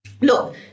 look